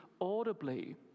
audibly